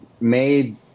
made